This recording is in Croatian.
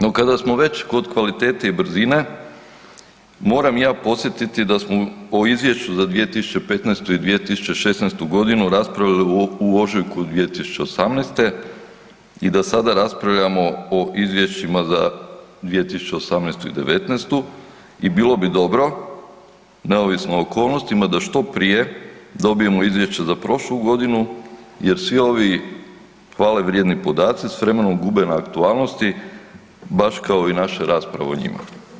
No, kada smo već kod kvalitete i brzine, moram ja podsjetiti da smo po Izvješću za 2015. i 2016. g. raspravljali u ožujku 2018. i da sada raspravljamo za 2018. i '19. i bilo bi dobro, neovisno o okolnostima da što prije dobijemo izvješće za prošlu godinu jer svi ovi hvale vrijedni podaci s vremenom gube na aktualnosti baš kao i naša rasprava o njima.